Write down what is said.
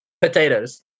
potatoes